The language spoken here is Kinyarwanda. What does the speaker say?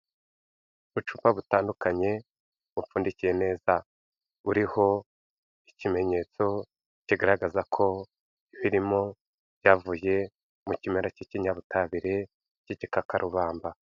Ubucupa butandukanye bupfundikiye neza, buriho ikimenyetso kigaragaza ko birimo byavuye mu kimera cy'ikinyabutabire cy'igikakarubamba.